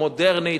המודרנית,